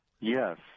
Yes